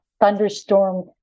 thunderstorm